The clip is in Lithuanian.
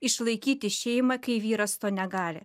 išlaikyti šeimą kai vyras to negali